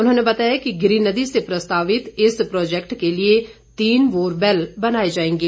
उन्होंने बताया कि गिरी नदी से प्रस्तावित इस प्रोजैक्ट के लिए तीन बोरवैल बनाए जाएंगे